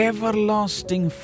Everlasting